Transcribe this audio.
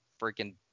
freaking